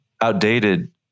outdated